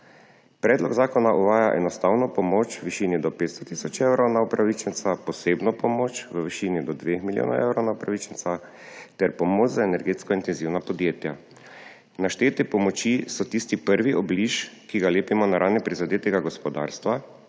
Predlog zakona uvaja enostavno pomoč v višini do 500 tisoč evrov na upravičenca, posebno pomoč v višini do 2 milijonov evrov na upravičenca ter pomoč za energetsko intenzivna podjetja. Naštete pomoči so tisti prvi obliž, ki ga lepimo na rane prizadetega gospodarstva,